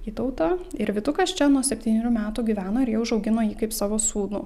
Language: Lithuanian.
vytautą ir vytukas čia nuo septynerių metų gyveno ir jie užaugino jį kaip savo sūnų